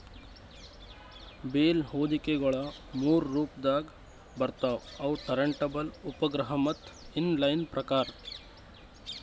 bale ಹೊದಿಕೆಗೊಳ ಮೂರು ರೊಪದಾಗ್ ಬರ್ತವ್ ಅವು ಟರಂಟಬಲ್, ಉಪಗ್ರಹ ಮತ್ತ ಇನ್ ಲೈನ್ ಪ್ರಕಾರ್